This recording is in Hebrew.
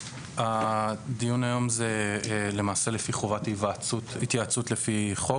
הדיון היום זה למעשה לפי התייעצות לפי חוק,